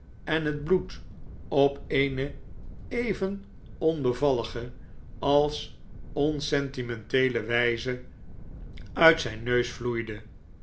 en het politie zaken bloed op eene even onbevallige als onsentimenteele wijze uit zijn neus vloeide